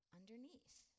underneath